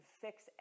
fix